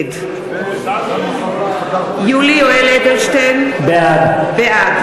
חבר הכנסת עפו אגבאריה,